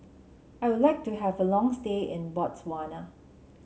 I would like to have a long stay in Botswana